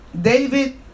David